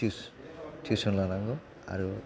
tuition लानांगौ आरो